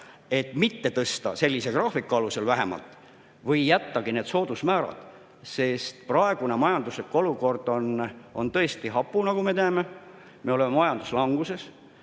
et mitte tõsta sellise graafiku alusel vähemalt või jättagi need soodusmäärad. Sest praegune majanduslik olukord on tõesti hapu, nagu me näeme. Me oleme majanduslanguses